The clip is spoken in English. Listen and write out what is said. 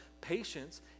patience